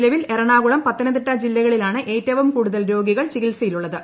നിലവിൽ എറണാകളം പത്തനംതിട്ട ജില്ലകളിലാണ് ഏറ്റവും കൂടുതൽ രോഗികൾ ചികിത്സയിലുള്ളത്